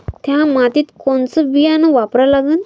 थ्या मातीत कोनचं बियानं वापरा लागन?